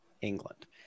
England